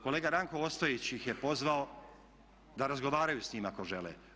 Kolega Ranko Ostojić ih je pozvao da razgovaraju s njim ako žele.